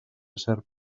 cert